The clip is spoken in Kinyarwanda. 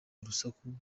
urusaku